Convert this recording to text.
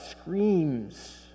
screams